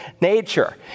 nature